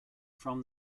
from